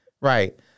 Right